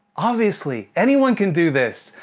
obviously! anyone can do this!